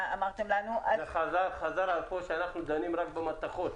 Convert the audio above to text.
--- חזר לזה שאנחנו דנים רק במתכות,